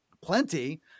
plenty